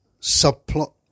subplot